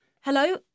Hello